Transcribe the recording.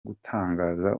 gutangaza